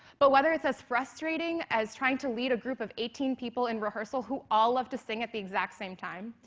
but whether it's as frustrating as trying to lead a group of eighteen people in rehearsal who all love to sing at the exact same time,